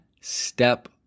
step